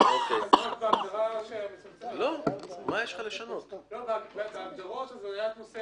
קצין בדרגת ניצב משנה שהוסמך על ידי ראש אגף חקירות ומודיעין במשטרה